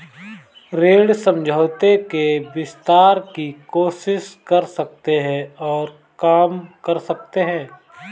ऋण समझौते के विस्तार की कोशिश कर सकते हैं और काम कर सकते हैं